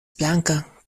blanka